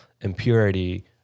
impurity